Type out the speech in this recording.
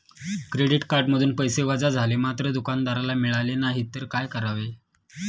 Credit कार्डमधून पैसे वजा झाले मात्र दुकानदाराला मिळाले नाहीत तर काय करावे?